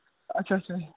ਅੱਛਾ ਅੱਛਾ ਜੀ